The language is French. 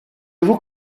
vous